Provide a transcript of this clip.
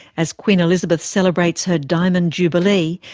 as queen elizabeth celebrates her diamond jubilee,